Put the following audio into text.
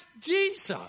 Jesus